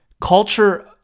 culture